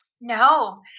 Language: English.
No